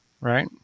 right